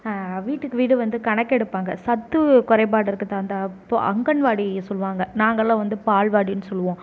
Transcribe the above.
வீட்டுக்கு வீடு வந்து கணக்கெடுப்பாங்க சத்து குறைபாடிற்குத் அந்த அங்கன்வாடி சொல்லுவாங்க நாங்கள்லாம் வந்து பால்வாடின்னு சொல்வோம்